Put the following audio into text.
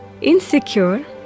insecure